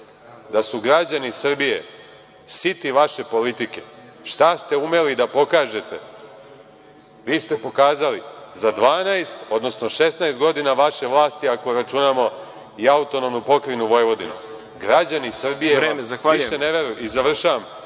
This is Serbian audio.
da su građani Srbije siti vaše politike. Šta ste umeli da pokažete vi ste pokazali za 12, odnosno 16 godina vaše vlasti, ako računamo i AP Vojvodinu. Građani Srbije vam više ne veruju.